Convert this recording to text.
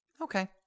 Okay